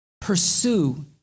Pursue